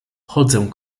chodzę